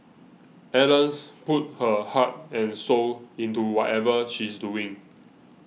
Ellen's puts her heart and soul into whatever she's doing